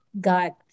got